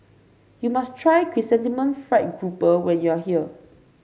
you must try Chrysanthemum Fried Grouper when you are here